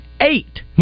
Eight